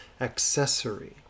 accessory